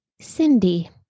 Cindy